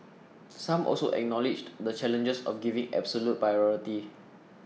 some also acknowledged the challenges of giving absolute priority